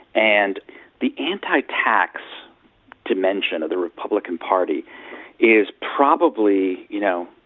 and the anti-tax dimension of the republican party is probably, you know.